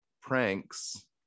pranks